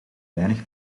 weinig